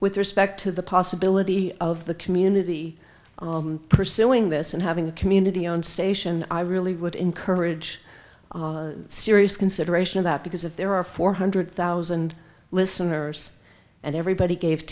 with respect to the possibility of the community pursuing this and having a community on station i really would encourage serious consideration of that because if there are four hundred thousand listeners and everybody gave